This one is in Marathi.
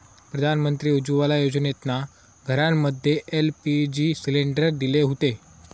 प्रधानमंत्री उज्ज्वला योजनेतना घरांमध्ये एल.पी.जी सिलेंडर दिले हुते